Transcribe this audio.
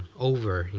over,